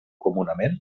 comunament